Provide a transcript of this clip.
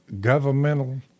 governmental